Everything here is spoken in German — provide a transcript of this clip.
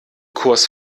kurs